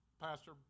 Pastor